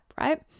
right